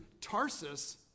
Tarsus